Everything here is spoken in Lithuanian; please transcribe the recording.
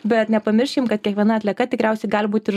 bet nepamirškim kad kiekviena atlieka tikriausiai gali būti ir